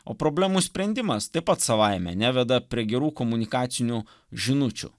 o problemų sprendimas taip pat savaime neveda prie gerų komunikacinių žinučių